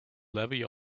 levy